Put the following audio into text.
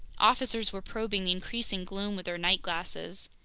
officers were probing the increasing gloom with their night glasses.